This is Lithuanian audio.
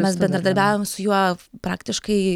mes bendradarbiaujam su juo praktiškai